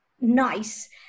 nice